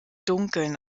dunkeln